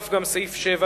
שיזם חבר הכנסת שי חרמש,